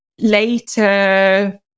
later